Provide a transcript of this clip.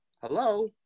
hello